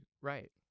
right